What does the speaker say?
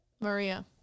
Maria